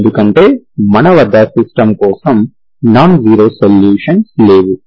ఎందుకంటే మన వద్ద సిస్టమ్ కోసం నాన్ జీరో సొల్యూషన్స్ లేవు